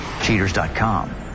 cheaters.com